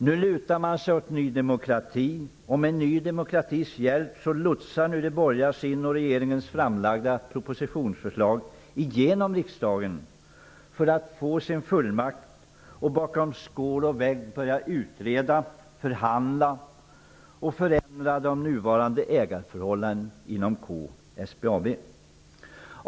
Nu lutar man sig mot Ny demokrati, och med Ny demokratis hjälp lotsar de borgerliga sitt och regeringens propositionsförslag igenom riksdagen, för att få sin fullmakt och bakom skål och vägg börja utreda, förhandla och förändra de nuvarande ägarförhållandena inom K-SBAB.